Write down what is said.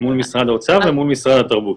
מול משרד האוצר ומול משרד התרבות.